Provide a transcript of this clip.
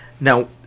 Now